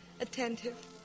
attentive